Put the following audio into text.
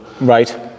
Right